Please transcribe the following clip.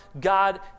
God